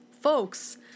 folks